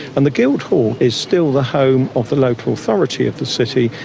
and the guildhall is still the home of the local authority of the city,